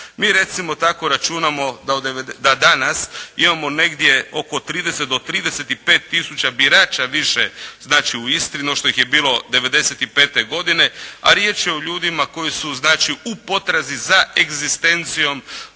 Mi recimo tako računamo da danas imamo negdje oko 30 do 35000 birača više znači u Istri no što ih je bilo '95. godine, a riječ je o ljudima koji su znači u potrazi za egzistencijom